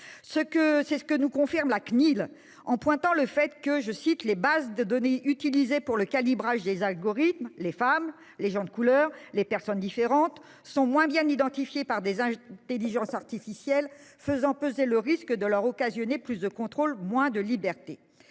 C'est ce que nous confirme la Cnil, en pointant le fait que « les bases de données utilisées pour le calibrage des algorithmes - les femmes, les gens de couleur, les personnes différentes - sont moins bien identifiées par les intelligences artificielles, faisant peser le risque de leur occasionner plus de contrôles, moins de libertés.